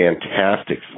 fantastic